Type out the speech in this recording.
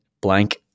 blank